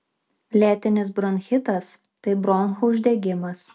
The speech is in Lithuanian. lėtinis bronchitas tai bronchų uždegimas